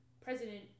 president